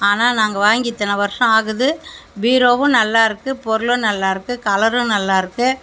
ஆனால் நாங்கள் வாங்கி இத்தனை வருஷம் ஆகுது பீரோவும் நல்லாயிருக்கு பொருளும் நல்லாயிருக்கு கலரும் நல்லாயிருக்கு